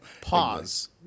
Pause